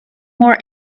more